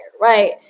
right